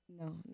No